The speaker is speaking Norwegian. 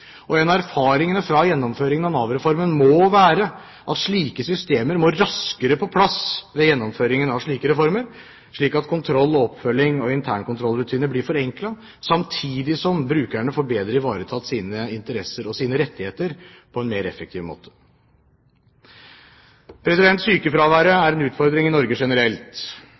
En av erfaringene fra gjennomføringen av Nav-reformen må være at slike systemer må raskere på plass ved gjennomføringen av slike reformer, slik at kontroll og oppfølging og internkontrollrutiner blir forenklet, samtidig som brukerne får bedre ivaretatt sine interesser og sine rettigheter på en mer effektiv måte. Sykefraværet er en utfordring i Norge generelt.